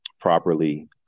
properly